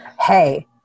hey